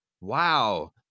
Wow